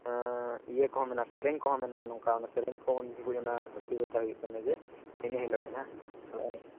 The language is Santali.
ᱤᱭᱟᱹ ᱠᱚᱦᱚᱸ ᱢᱮᱱᱟᱜᱼᱟ ᱥᱮᱨᱮᱧ ᱠᱚᱦᱚᱸ ᱢᱮᱱᱟᱜᱼᱟ ᱱᱚᱝᱠᱟ ᱚᱱᱟ ᱥᱮᱨᱮᱧ ᱠᱚ ᱩᱱᱡᱚᱠᱷᱚᱱ ᱯᱟᱴᱤ ᱞᱟᱛᱟᱨ ᱦᱩᱭᱩᱜ ᱠᱟᱱᱟ ᱡᱮ ᱤᱱᱟᱹ ᱦᱤᱞᱳᱜ ᱜᱮᱦᱟᱜ ᱦᱚᱸ